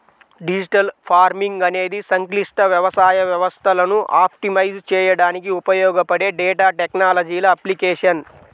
digital farming అనేది సంక్లిష్ట వ్యవసాయ వ్యవస్థలను ఆప్టిమైజ్ చేయడానికి ఉపయోగపడే డేటా టెక్నాలజీల అప్లికేషన్